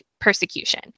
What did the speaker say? persecution